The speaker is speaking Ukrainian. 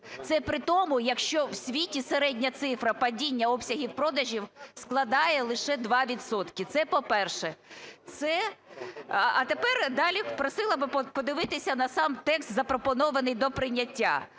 Це при тому, якщо в світі середня цифра падіння обсягів продажів складає лише 2 відсотки. Це по-перше. А тепер далі попросила би подивитися на сам текст, запропонований до прийняття.